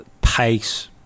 pace